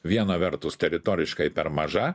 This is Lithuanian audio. viena vertus teritoriškai per maža